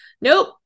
nope